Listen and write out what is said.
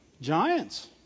giants